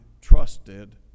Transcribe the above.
trusted